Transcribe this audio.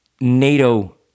NATO